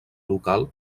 local